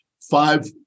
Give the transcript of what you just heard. Five